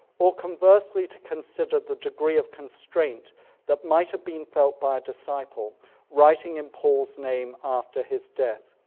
or conversely to consider the degree of constraint that might have been felt by a disciple writing in paul's named after his death.